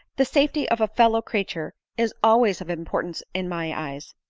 the safety of a fellow crea ture is always of importance in my eyes.